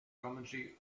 commentary